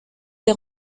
les